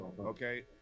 Okay